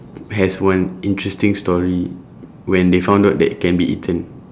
has one interesting story when they found out that it can be eaten